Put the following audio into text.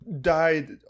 died